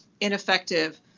ineffective